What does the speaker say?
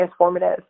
transformative